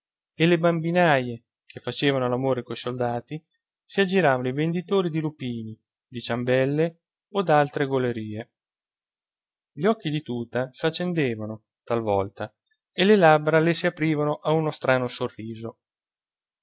e le bambinaie che facevano all'amore coi soldati si aggiravano i venditori di lupini di ciambelle o d'altre golerie gli occhi di tuta s'accendevano talvolta e le labbra le s'aprivano a uno strano sorriso